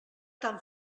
tan